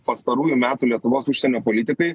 pastarųjų metų lietuvos užsienio politikai